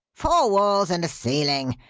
four walls and a ceiling!